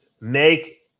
make